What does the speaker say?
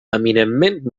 eminentment